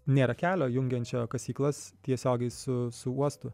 nėra kelio jungiančio kasyklas tiesiogiai su su uostu